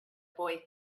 boy